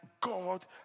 God